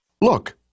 Look